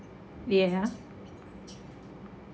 yeah